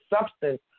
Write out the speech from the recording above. substance